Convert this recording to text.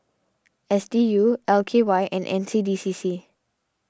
S D U L K Y and N C D C C